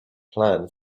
plan